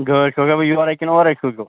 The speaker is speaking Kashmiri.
گٲڑ سوزا بہٕ یوٚرے کِنہٕ اورٕے سوٗزِو